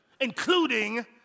including